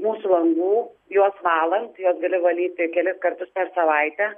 mūsų langų juos valant juos gali valyti kelis kartus per savaitę